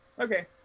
Okay